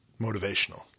Motivational